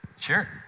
Sure